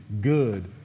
good